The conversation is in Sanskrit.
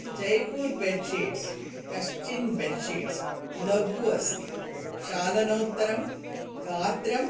जयपूर् बेड्शीट्स् कश्चित् बेड्शीट्स् लघु अस्ति क्षालनोत्तरं गात्रं